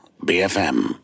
BFM